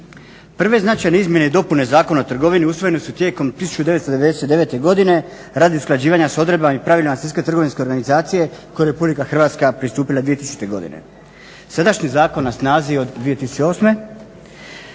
Prve značajne izmjene i dopune Zakona o trgovini usvojene su tijekom 1990. godine radi usklađivanja sa odredbama i pravilima Svjetske trgovinske organizacije kojoj je Republika Hrvatska pristupila 2000. godine. Sadašnji zakon je na snazi od 2008. Današnje